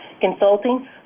consulting